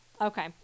Okay